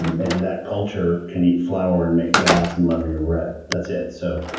and and that culture can eat flour, and make gas, and leaven your bread. that's it. so